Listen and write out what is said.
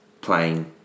playing